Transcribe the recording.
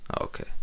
Okay